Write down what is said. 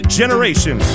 generation